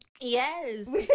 Yes